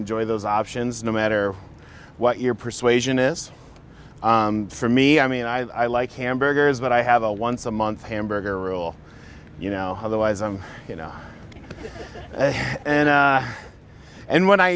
enjoy those options no matter what your persuasion is for me i mean i like hamburgers but i have a once a month hamburger rule you know otherwise i'm you know and and when i